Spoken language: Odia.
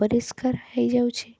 ଅପରିସ୍କାର ହେଇଯାଉଛି